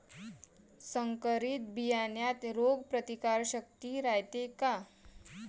संकरित बियान्यात रोग प्रतिकारशक्ती रायते का?